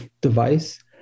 device